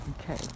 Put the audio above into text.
Okay